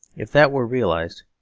if that were realised,